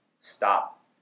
Stop